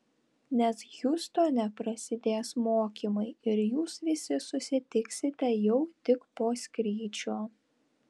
nes hjustone prasidės mokymai ir jūs visi susitiksite jau tik po skrydžio